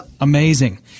amazing